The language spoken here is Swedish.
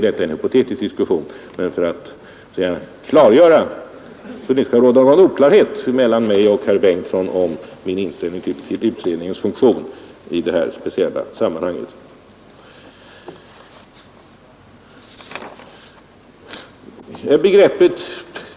Detta är en helt hypotetisk diskussion, men jag säger det för att det inte skall råda någon oklarhet mellan herr Bengtson och mig om min inställning till utredningens funktion i det här speciella sammanhanget.